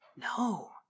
No